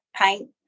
paint